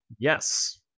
Yes